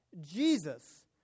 Jesus